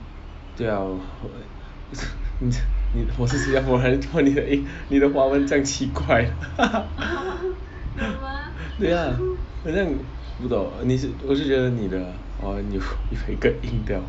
对 ah 你是新加坡人为什么你的音你的华文这样奇怪 对 lah 很像不懂我是觉得你的华文有有一个音调